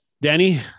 Danny